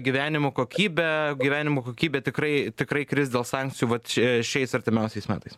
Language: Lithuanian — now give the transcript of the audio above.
gyvenimo kokybę gyvenimo kokybė tikrai tikrai kris dėl sankcijų va čia šiais artimiausiais metais